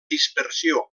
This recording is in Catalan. dispersió